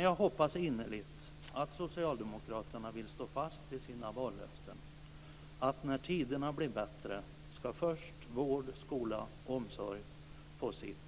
Jag hoppas innerligt att socialdemokraterna vill stå fast vid sina vallöften, att när tiderna blir bättre skall först vård, skola och omsorg få sitt.